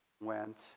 went